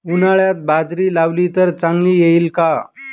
उन्हाळ्यात बाजरी लावली तर चांगली येईल का?